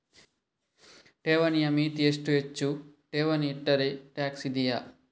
ಠೇವಣಿಯ ಮಿತಿ ಎಷ್ಟು, ಹೆಚ್ಚು ಠೇವಣಿ ಇಟ್ಟರೆ ಟ್ಯಾಕ್ಸ್ ಇದೆಯಾ?